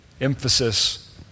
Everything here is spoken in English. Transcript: emphasis